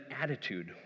attitude